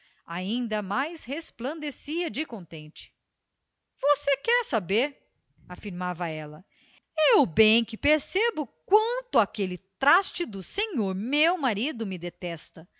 ainda mais resplandecia de contente você quer saber afirmava ela eu bem percebo quanto aquele traste do senhor meu marido me detesta